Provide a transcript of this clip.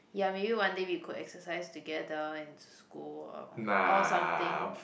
ya maybe one day we could exercise together in school or or something